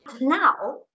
Now